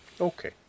Okay